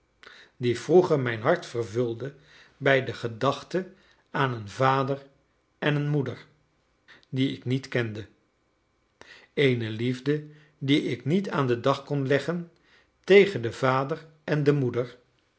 die vroeger mijn hart vervulde bij de gedachte aan een vader en een moeder die ik niet kende eene liefde die ik niet aan den dag kon leggen tegen den vader en de moeder